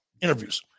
interviews